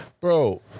Bro